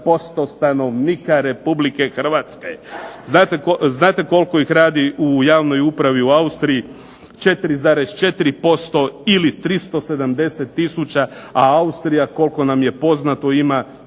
8,7% stanovnika Republike Hrvatske. Znate koliko ih radi u javnoj upravi u Austriji 4,4% ili 370 tisuća, a Austrija koliko nam je poznato ima